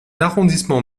arrondissement